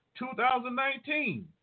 2019